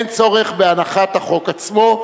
אין צורך בהנחת החוק עצמו,